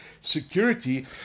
security